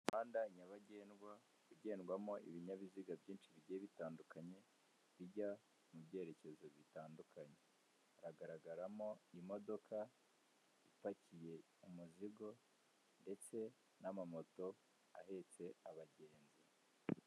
Umuhanda nyabagendwa ugendwamo ibinyabiziga byinshi bigiye bitandukanye, bijya mu byerekezo bitandukanye. Haragaragaramo imodoka ipakiye umuzigo ndetse n'amamoto ahetse abagenzi.